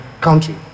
country